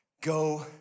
Go